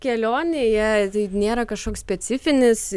kelionėje tai nėra kažkoks specifinis